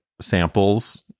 samples